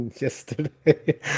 yesterday